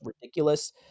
ridiculous